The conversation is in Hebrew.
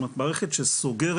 זאת אומרת מערכת שסוגרת